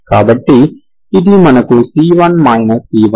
కాబట్టి ఇది మనకు c1 c10 ఇస్తుంది